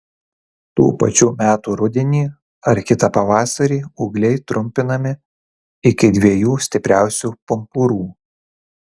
tų pačių metų rudenį ar kitą pavasarį ūgliai trumpinami iki dviejų stipriausių pumpurų